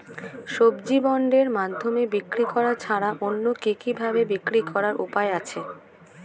সবজি বন্ডের মাধ্যমে বিক্রি করা ছাড়া অন্য কি কি ভাবে বিক্রি করার উপায় আছে?